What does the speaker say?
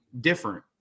different